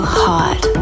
hot